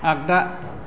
आग्दा